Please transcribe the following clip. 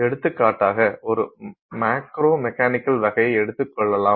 எடுத்துக்காட்டாக ஒரு macro mechanical வகையை எடுத்துக் கொள்ளலாம்